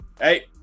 Hey